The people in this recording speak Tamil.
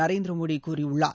நரேந்திரமோடிகூறியுள்ளார்